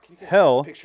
Hell